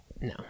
No